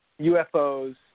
UFOs